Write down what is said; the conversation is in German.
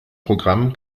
programm